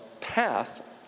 path